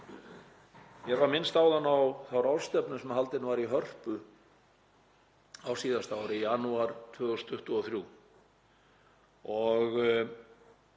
Hér var minnst áðan á þá ráðstefnu sem haldin var í Hörpu á síðasta ári, í janúar 2023.